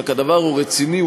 רק שהדבר הוא רציני,